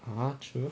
(uh huh) true